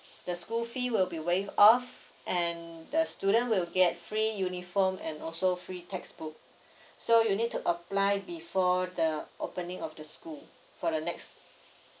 the school fee will be waived off and the student will get free uniform and also free textbook so you need to apply before the opening of the school for the next